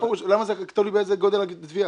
למה זה תלוי בגודל התביעה?